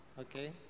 Okay